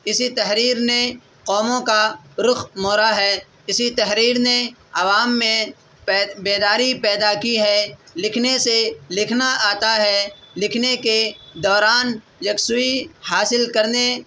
اسی تحریر نے قوموں کا رخ موڑا ہے اسی تحریر نے عوام میں بیداری پیدا کی ہے لکھنے سے لکھنا آتا ہے لکھنے کے دوران یکسوئی حاصل کرنے